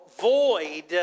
void